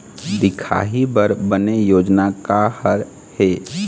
दिखाही बर बने योजना का हर हे?